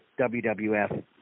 wwf